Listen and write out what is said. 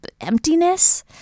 emptiness